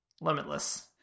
limitless